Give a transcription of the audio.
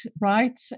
right